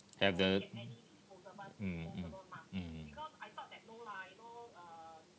have the mm mm mm